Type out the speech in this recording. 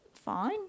Fine